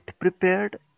prepared